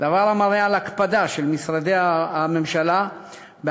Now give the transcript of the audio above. דבר המראה על הקפדה של משרדי הממשלה על